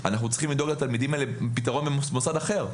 אנחנו צריכים לדאוג לתלמידים האלה עם פתרון במוסד אחר.